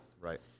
right